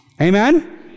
Amen